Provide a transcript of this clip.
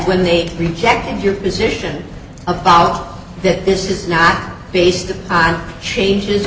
when they rejected your position about that this is not based on changes